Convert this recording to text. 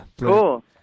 Cool